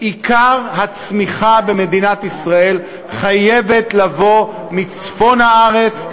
עיקר הצמיחה במדינת ישראל חייב לבוא מצפון הארץ,